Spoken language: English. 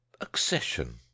accession